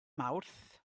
mawrth